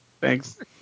Thanks